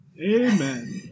Amen